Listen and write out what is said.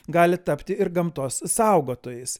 gali tapti ir gamtos saugotojais